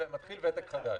זה לא בדיוק ההצעה שלו.